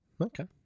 Okay